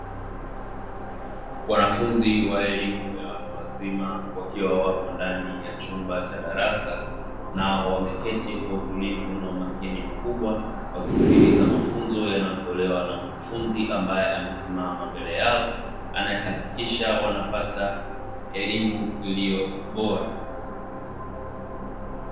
Wanafunzi wa elimu ya watu wazima wakiwa wapi ndani ya chumba cha darasa, nao wameketi kwa utulivu na umakini mkubwa, wakisikiliza mafunzo yanayotolewa na mkufunzi ambaye amesimama mbele yao, anayehakikisha wanapata elimu iliyo bora.